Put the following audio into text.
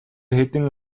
хэдэн